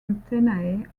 antennae